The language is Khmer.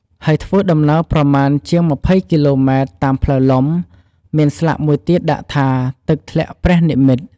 ហើយធ្វើដំណើរប្រមាណ ជាង២០គីឡូម៉ែត្រតាមផ្លូវលំ មានស្លាកមួយទៀតដាក់ថា “ទឹកធ្លាក់ព្រះនិមិត្ត”។